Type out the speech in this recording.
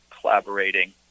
collaborating